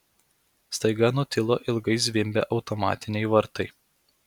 staiga nutilo ilgai zvimbę automatiniai vartai